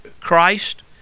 Christ